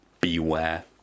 beware